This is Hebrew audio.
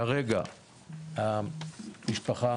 כרגע המשפחה,